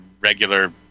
regular